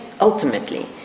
ultimately